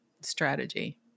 strategy